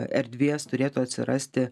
erdvės turėtų atsirasti